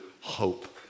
hope